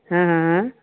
हाँ हाँ